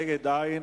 אין מתנגדים.